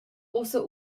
uossa